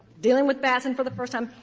dealing with batson for the first time,